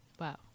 Wow